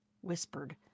Whispered